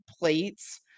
plates